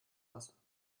wasser